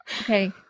Okay